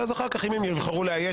ואז אחר כך אם הן יבחרו לאייש,